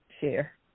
share